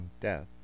death